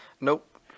Nope